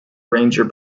ranger